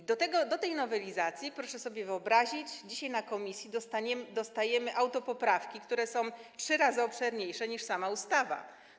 I do tej nowelizacji, proszę sobie wyobrazić, dzisiaj w komisji dostajemy autopoprawki, które są trzy razy obszerniejsze niż sama ustawa.